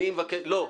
לא.